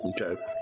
Okay